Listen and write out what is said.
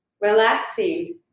relaxing